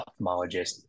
ophthalmologist